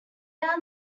are